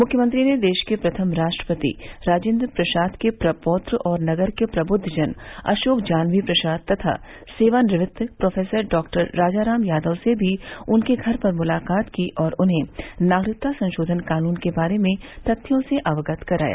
मुख्यमंत्री ने देश के प्रथम राष्ट्रपति राजेन्द्र प्रसाद के प्रपौत्र और नगर के प्रबुद्वजन अशोक जान्हवी प्रसाद तथा सेवानिवृत्त प्रोफेसर डॉ राजाराम यादव से भी उनके घर पर मुलाकात की और उन्हें नागरिकता संशोधन कानून के बारे में तथ्यों से अवगत कराया